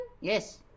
Yes